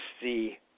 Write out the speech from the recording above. see